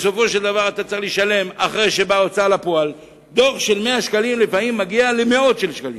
בסופו של דבר, דוח של 100 שקלים מגיע למאות שקלים,